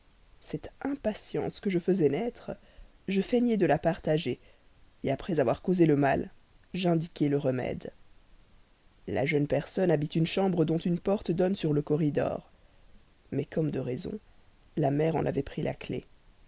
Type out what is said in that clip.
cette impatience que je faisais naître je feignais de la partager après avoir causé le mal j'indiquai le remède la jeune personne habite une chambre dont une porte donne sur le corridor mais comme de raison la maman en avait pris la clef